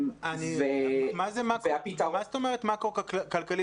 מה זאת אומרת מקרו-כלכלי?